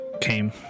came